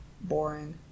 boring